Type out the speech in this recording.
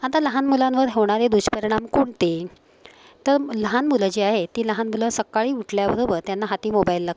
आता लहान मुलांवर होणारे दुष्परिणाम कोणते तर लहान मुलं जे आहे ती लहान मुलं सकाळी उठल्याबरोबर त्यांना हाती मोबाईल लागतो